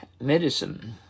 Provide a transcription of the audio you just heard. medicine